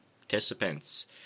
participants